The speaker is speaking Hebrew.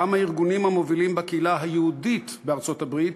גם הארגונים המובילים בקהילה היהודית בארצות-הברית